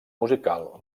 musical